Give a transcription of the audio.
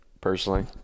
personally